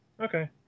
Okay